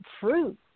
fruit